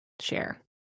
share